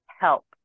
help